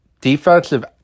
defensive